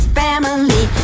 family